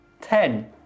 Ten